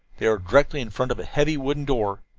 they were directly in front of a heavy wooden door.